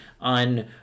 on